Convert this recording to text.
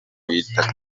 bita